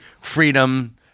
freedom